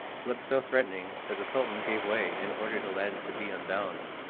looked so threatening that the sultan gave way and ordered aladdin to be unbound,